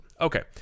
Okay